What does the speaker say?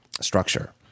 Structure